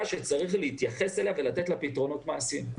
שצריך להתייחס אליה ולתת לה פתרונות מעשיים.